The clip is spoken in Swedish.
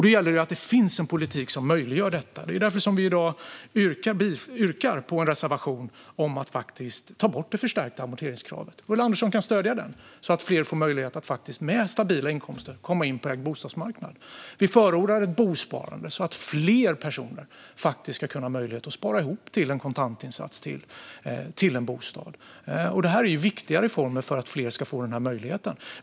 Då gäller det att det finns en politik som möjliggör detta. Det är därför som vi i dag yrkar bifall till en reservation om att faktiskt ta bort det förstärkta amorteringskravet. Ulla Andersson kan stödja denna reservation, så att fler med stabila inkomster får möjlighet att komma in på bostadsmarknaden med ägda bostäder. Vi förordar ett bosparande, så att fler personer faktiskt ska ha möjlighet att spara ihop till en kontantinsats till en bostad. Detta är viktiga reformer för att fler ska få denna möjlighet.